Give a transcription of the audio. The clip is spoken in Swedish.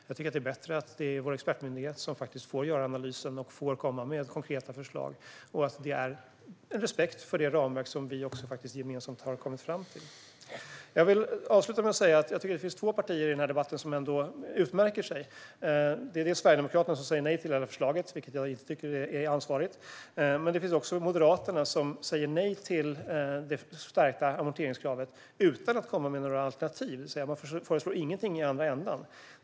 Jag tycker att det är bättre att det är vår expertmyndighet som får göra analysen och får komma med konkreta förslag - detta av respekt för det ramverk som vi gemensamt har kommit fram till. Jag vill avsluta med att säga att jag tycker att det finns två partier i debatten som utmärker sig. Det är dels Sverigedemokraterna, som säger nej till hela förslag, vilket jag tycker är oansvarigt, dels Moderaterna, som säger nej till det förstärkta amorteringskravet utan att komma med några alternativ. Man föreslår ingenting i den andra ändan.